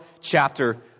chapter